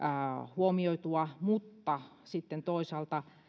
huomioitua mutta sitten toisaalta